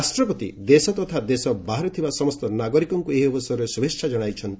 ରାଷ୍ଟପତି ଦେଶ ତଥା ଦେଶ ବାହାରେ ଥିବା ସମସ୍ତ ନାଗରିକଙ୍କୁ ଏହି ଅବସରରେ ଶୁଭେଚ୍ଛା ଜଣାଇଛନ୍ତି